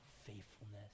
faithfulness